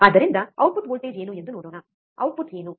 ಆದ್ದರಿಂದ output voltage ಏನು ಎಂದು ನೋಡೋಣ ಔಟ್ಪುಟ್ ಏನು